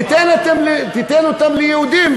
תיתן אותן ליהודים,